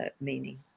meaning